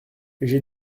j’ai